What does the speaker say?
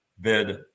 bid